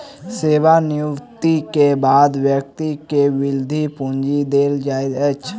सेवा निवृति के बाद व्यक्ति के वृति पूंजी देल जाइत अछि